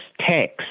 tax